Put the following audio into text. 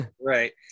Right